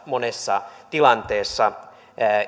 monessa tilanteessa